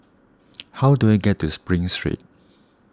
how do I get to Spring Street